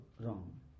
wrong